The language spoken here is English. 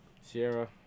Sierra